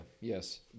yes